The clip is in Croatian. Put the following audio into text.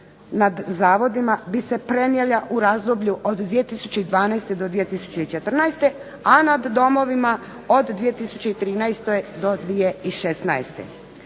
nad zavodima bi se prenijela u razdoblju od 2012. do 2014. a nad domovima od 2013. do 2016.